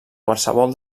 qualsevol